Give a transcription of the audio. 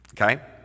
okay